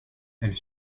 elle